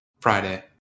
Friday